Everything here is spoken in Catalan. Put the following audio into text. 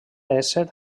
ésser